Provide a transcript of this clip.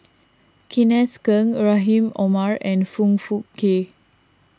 Kenneth Keng Rahim Omar and Foong Fook Kay